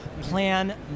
Plan